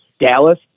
Dallas